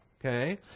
Okay